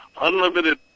unlimited